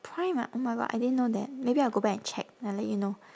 prime ah oh my god I didn't know that maybe I'll go back and check I'll let you know